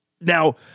Now